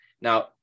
Now